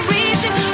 Reaching